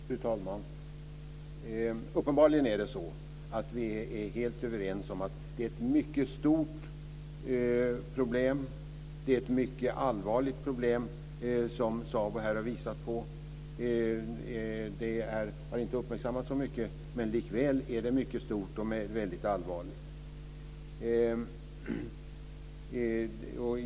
Fru talman! Uppenbarligen är vi helt överens om att det är ett mycket stort och allvarligt problem som SABO här har visat på. Det har inte uppmärksammats så mycket, men likväl är det mycket stort och väldigt allvarligt.